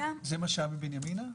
זה מה שהיה בבנימינה?